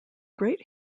great